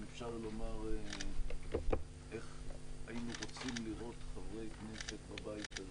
אם אפשר לומר איך היינו רוצים לראות חברי כנסת בבית הזה,